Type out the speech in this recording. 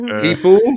people